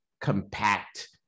compact